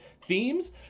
themes